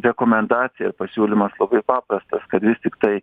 rekomendacija pasiūlymas labai paprastas kad vis tiktai